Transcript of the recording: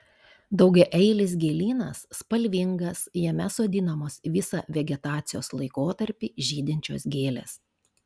daugiaeilis gėlynas spalvingas jame sodinamos visą vegetacijos laikotarpį žydinčios gėlės